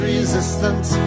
resistance